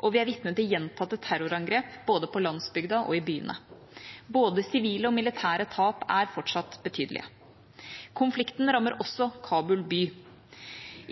og vi er vitne til gjentatte terrorangrep både på landsbygda og i byene. Både sivile og militære tap er fortsatt betydelige. Konflikten rammer også Kabul by.